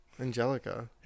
Angelica